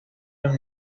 los